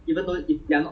ya ya don't have